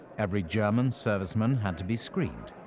every german serviceman had to be screened.